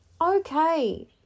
okay